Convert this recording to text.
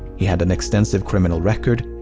he had an extensive criminal record.